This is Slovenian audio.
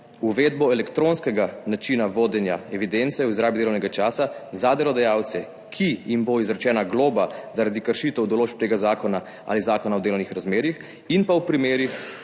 uvedbo elektronskega načina vodenja evidence o izrabi delovnega časa za delodajalce, ki jim bo izrečena globa zaradi kršitev določb tega zakona ali Zakona o delovnih razmerjih in pa v primerih,